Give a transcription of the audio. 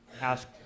ask